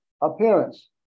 appearance